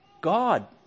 God